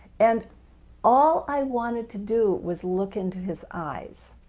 and all i wanted to do was look into his eyes,